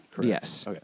Yes